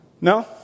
No